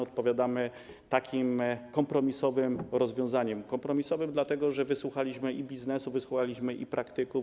Odpowiadamy takim kompromisowym rozwiązaniem - kompromisowym, dlatego że wysłuchaliśmy i biznesu, i praktyków.